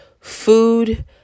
food